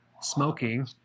smoking